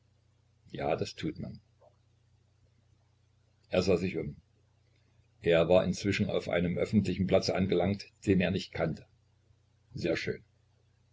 ja das tut man er sah sich um er war inzwischen auf einem öffentlichen platze angelangt den er nicht kannte sehr schön